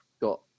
got